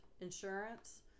insurance